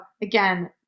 again